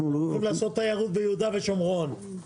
אנחנו הולכים לעשות תיירות ביהודה ושומרון,